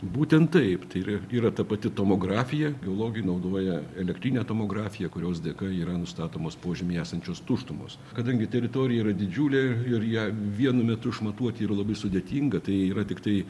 būtent taip tai ir yra ta pati tomografija geologai naudoja elektrinę tomografiją kurios dėka yra nustatomos požemy esančios tuštumos kadangi teritorija yra didžiulė ir ją vienu metu išmatuoti yra labai sudėtinga tai yra tiktai